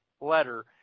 letter